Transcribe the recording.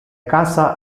casa